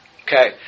Okay